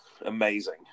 amazing